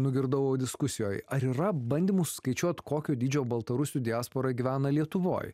nugirdau diskusijoj ar yra bandymų suskaičiuot kokio dydžio baltarusių diaspora gyvena lietuvoj